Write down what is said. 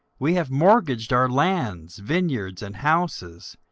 we have mortgaged our lands, vineyards, and houses,